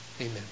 Amen